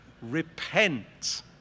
Repent